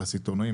על הסיטונאים,